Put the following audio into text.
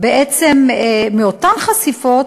בעצם מאותן חשיפות